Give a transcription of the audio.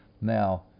Now